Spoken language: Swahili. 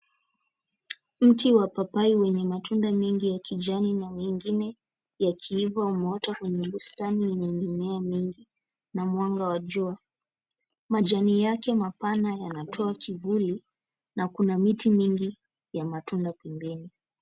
Mti wa papai wenye matunda mingi ya kijani na mengine yakiiva umeota kwenye bustani yenye mimea mingi na mwanga wa jua. Majani yake mapana yanayoa kivuli na kuna miti mingi ya matunda pembeni.